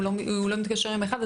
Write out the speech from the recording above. אם הוא לא מתקשר יום אחד,